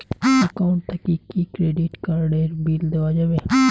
Account থাকি কি credit card এর বিল দেওয়া যাবে?